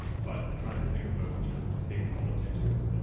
but trying to think about you know taking solitude to it's.